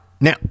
now